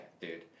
dude